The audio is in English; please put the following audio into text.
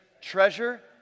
treasure